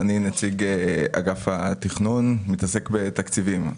אני נציג אגף התכנון ומתעסק בתקציבים.